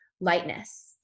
lightness